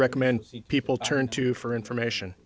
recommend people turn to for information